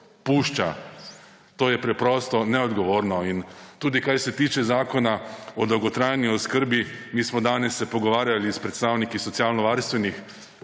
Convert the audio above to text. To je preprosto neodgovorno. Tudi, kar se tiče Zakona o dolgotrajni oskrbi, mi smo danes se pogovarjali s predstavniki socialnovarstvenih